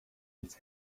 its